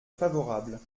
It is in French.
favorable